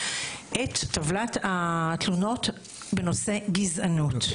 את טבלת התלונות בנושא גזענות.